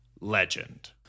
Legend